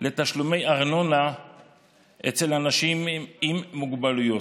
לתשלומי ארנונה אצל אנשים עם מוגבלויות.